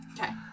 Okay